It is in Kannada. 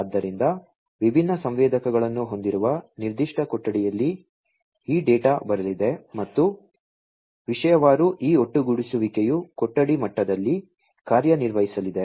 ಆದ್ದರಿಂದ ವಿಭಿನ್ನ ಸಂವೇದಕಗಳನ್ನು ಹೊಂದಿರುವ ನಿರ್ದಿಷ್ಟ ಕೊಠಡಿಯಲ್ಲಿ ಈ ಡೇಟಾ ಬರಲಿದೆ ಮತ್ತು ವಿಷಯವಾರು ಈ ಒಟ್ಟುಗೂಡಿಸುವಿಕೆಯು ಕೊಠಡಿ ಮಟ್ಟದಲ್ಲಿ ಕಾರ್ಯನಿರ್ವಹಿಸಲಿದೆ